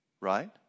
right